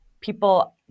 people